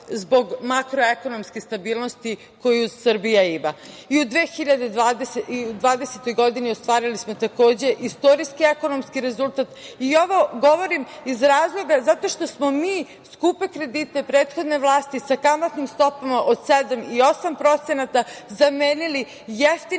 zbog makroekonomske stabilnosti koju Srbija ima.I u 2020. godini ostvarili smo takođe istorijske ekonomske rezultate i ovo govorim iz razloga zato što smo mi skupe kredite prethodne vlasti sa kamatnim stopama od 7% i 8% zamenili jeftinim